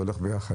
זה הולך ביחד.